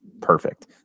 perfect